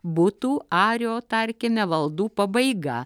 būtų ario tarkime valdų pabaiga